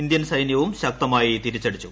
Indian സൈന്യവും ശക്തമായി തിരിച്ചടിച്ചു